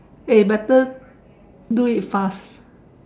eh better do it fast